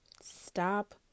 Stop